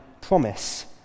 promise